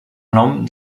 nom